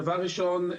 דבר ראשון,